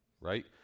right